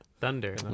Thunder